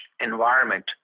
environment